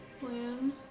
plan